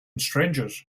strangers